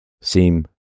seem